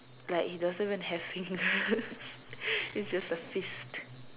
like he doesn't even have fingers it's just a fist